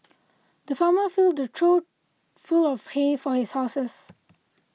the farmer filled a trough full of hay for his horses